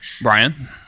Brian